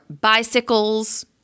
bicycles